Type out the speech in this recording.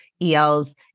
ELs